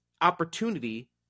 opportunity